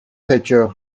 pitcher